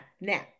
Now